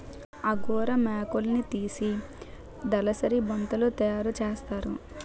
angora మేకలున్నితీసి దలసరి బొంతలు తయారసేస్తారు